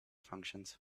functions